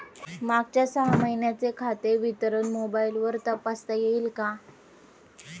मागच्या सहा महिन्यांचे खाते विवरण मोबाइलवर तपासता येईल का?